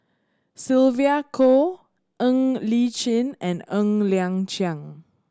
Sylvia Kho Ng Li Chin and Ng Liang Chiang